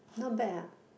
not bad ah